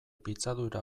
pitzadura